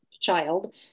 child